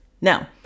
Now